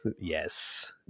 Yes